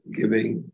giving